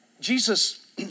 Jesus